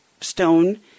stone